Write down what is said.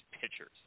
pitchers